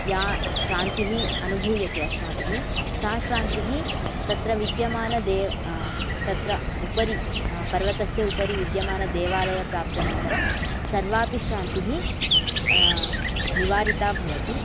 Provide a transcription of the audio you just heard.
या श्रान्तिः अनुभूयते अस्माभिः सा श्रान्तिः तत्र विद्यमान देव् तत्र उपरी पर्वतस्य उपरी विद्यमानदेवालयप्राप्त्यनन्तरं सर्वापि श्रान्तिः निवारिता भवति